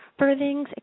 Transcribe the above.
birthings